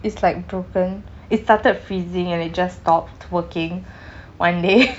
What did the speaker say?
it's like broken it started freezing and it just stopped working one day